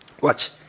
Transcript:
watch